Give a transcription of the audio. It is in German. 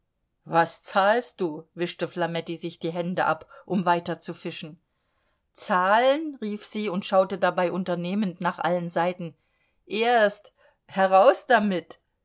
was zahlst du wischte flametti sich die hände ab um weiterzufischen zahlen rief sie und schaute dabei unternehmend nach allen seiten erst heraus damit